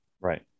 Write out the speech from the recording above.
Right